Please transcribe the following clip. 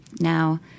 Now